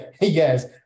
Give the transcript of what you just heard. yes